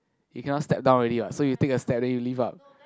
he cannot step down already ah so you take a step then you leave lah